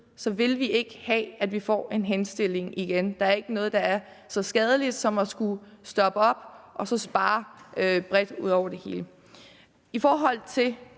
side vil vi ikke have, at vi får en henstilling igen. Der er ikke noget, der er så skadeligt som at skulle stoppe op og så spare bredt over hele linjen. I forhold til